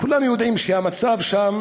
כולנו יודעים שהמצב שם